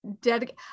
dedicate